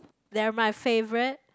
they're my favourite